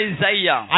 Isaiah